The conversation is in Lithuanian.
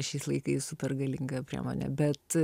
šiais laikais super galinga priemonė bet